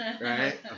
Right